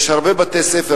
יש הרבה בתי-ספר,